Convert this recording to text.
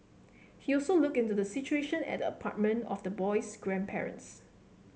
he also looked into the situation at the apartment of the boy's grandparents